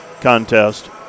contest